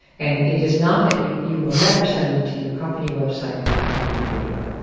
and it is not that you you will never send them to your company website or your company video,